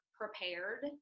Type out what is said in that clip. prepared